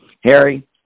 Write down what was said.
Harry